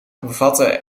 bevatten